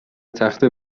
تخته